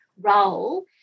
role